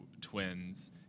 twins